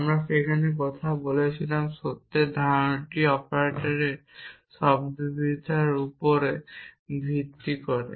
যে আমরা সেখানে কথা বলেছি সত্যের ধারণাটি অপারেটরদের শব্দার্থবিদ্যার উপর ভিত্তি করে